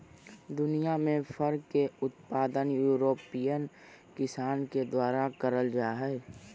दुनियां में फर के उत्पादन यूरोपियन किसान के द्वारा करल जा हई